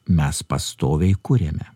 mes pastoviai kuriame